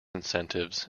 incentives